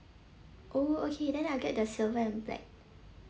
oh okay then I'll get the silver and black